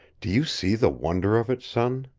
do you see the wonder of it, son?